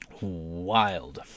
Wild